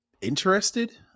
interested